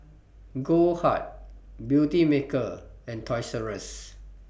Goldheart Beautymaker and Toys Rus